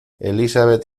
elisabet